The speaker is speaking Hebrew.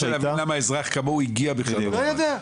מנסה להבין למה אזרח כמוהו הגיע בכלל למרב"ד,